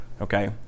okay